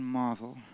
marvel